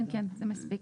כן, זה מספיק.